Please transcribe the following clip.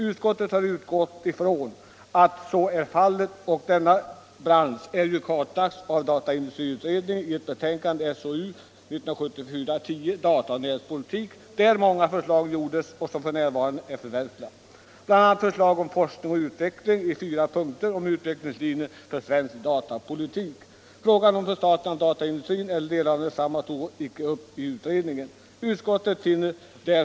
Utskottet har utgått ifrån att så är fallet, och branschen har ju kartlagts av dataindustriutredningen i ett betänkande SOU 1974:10 med rubriken Data och näringspolitik, där många förslag lämnades och-där mycket redan har förverkligats. Utredningen lade bl.a. fram förslag om utvecklingslinjer för svensk datapolitik när det gäller forskning och utveckling.